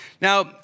Now